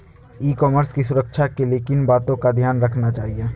ई commerce की सुरक्षा के लिए किन बातों का ध्यान रखना चाहिए?